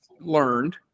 learned